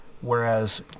Whereas